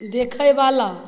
देखैवाला